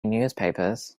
newspapers